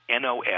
NOS